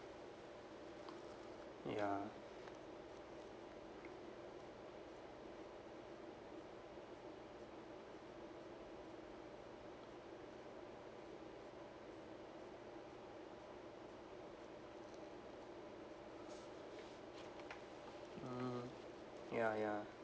ya mm ya ya